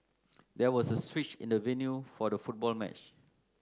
there was a switch in the venue for the football match